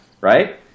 right